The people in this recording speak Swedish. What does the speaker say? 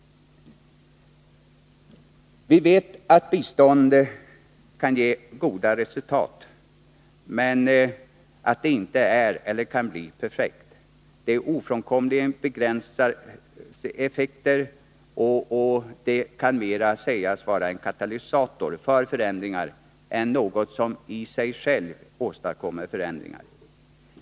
Vi vet att bistånd kan ge goda resultat men att det inte är eller kan bli perfekt. Det har ofrånkomligen begränsade effekter och är mer en katalysator för förändringar än något som i sig åstadkommer förändringar.